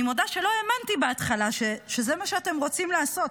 אני מודה שלא האמנתי בהתחלה שזה מה שאתם רוצים לעשות,